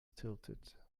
tilted